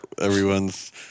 everyone's